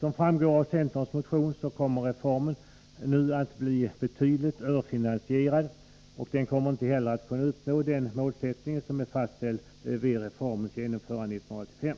Såsom framgår av centerns motion kommer reformen nu att bli betydligt överfinansierad, och det mål som fastställdes vid reformbeslutet kommer inte heller att nås 1985.